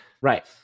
Right